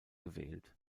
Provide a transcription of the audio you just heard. gewählt